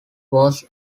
was